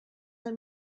and